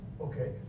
Okay